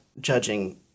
judging